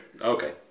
Okay